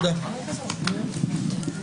שוב בשעה 12:05 להתחלת הנמקת ההסתייגויות.